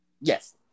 Yes